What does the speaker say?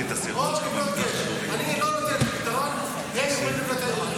אבל הם מודיעים מראש: לא יהיה גידור לכל אורך המסילות,